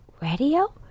radio